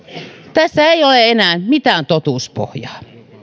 tässä ei ole enää mitään totuuspohjaa